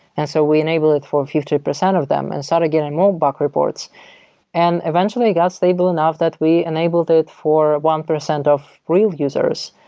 and so we enable it for fifty percent of them and started getting more bug reports and eventually, it got stable enough that we enabled it for one percent of real users.